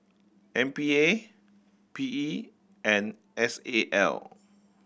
M P A P E and S A L